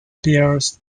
pears